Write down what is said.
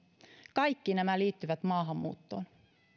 kaikki nämä liittyvät maahanmuuttoon